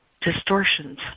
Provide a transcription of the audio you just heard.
distortions